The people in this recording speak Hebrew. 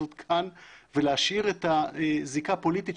הזאת כאן ולהשאיר את הזיקה הפוליטית,